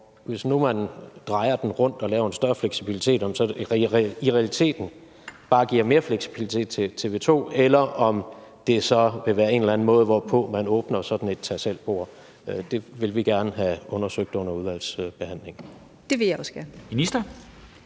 hvis man nu drejer det rundt og laver en større fleksibilitet, så vil være en åbning for, at det i realiteten bare giver mere fleksibilitet til TV 2, eller om det så vil være en eller anden måde, hvorpå man åbner sådan et tag selv-bord. Det vil vi gerne have undersøgt under udvalgsbehandlingen. Kl. 15:24 Formanden